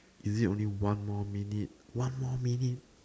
is it only one more minute one more minute